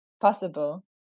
possible